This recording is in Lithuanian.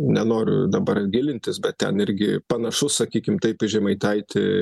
nenoriu dabar gilintis bet ten irgi panašus sakykim taip į žemaitaitį